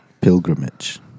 Pilgrimage